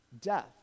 death